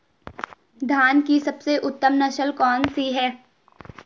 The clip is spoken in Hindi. धान की सबसे उत्तम नस्ल कौन सी है?